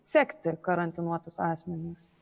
sekti karantinuotus asmenis